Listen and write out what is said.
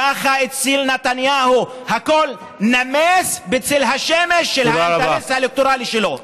ככה אצל נתניהו: הכול נמס בצל השמש של האינטרס האלקטורלי שלו.